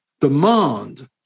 demand